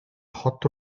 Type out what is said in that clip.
хот